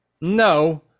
No